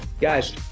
Guys